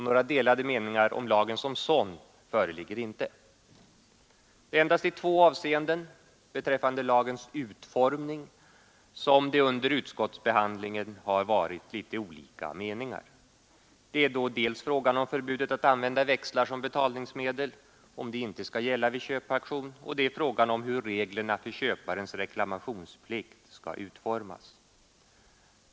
Några delade meningar om lagen som sådan föreligger inte. Det är endast i två avseenden beträffande lagens utformning som det under utskottsbehandlingen har varit litet olika meningar. Det är då dels frågan om förbudet att använda växlar som betalningsmedel, om det skall gälla vid köp på auktion eller ej, och det är frågan om hur reglerna för köparens reklamationsplikt skall utformas.